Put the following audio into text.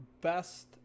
best